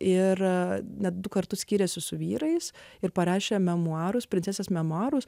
ir net du kartus skyrėsi su vyrais ir parašė memuarus princesės memuarus